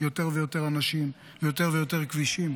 ויותר ויותר אנשים ויותר ויותר כבישים,